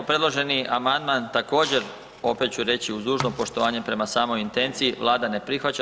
Predloženi amandman također opet ću reći uz dužno poštovanje prema samoj intenciji, Vlada ne prihvaća.